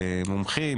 מומחים,